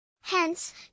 Hence